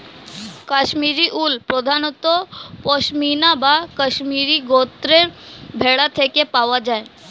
কাশ্মীরি উল প্রধানত পশমিনা বা কাশ্মীরি গোত্রের ভেড়া থেকে পাওয়া যায়